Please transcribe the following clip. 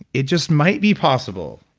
it just might be possible,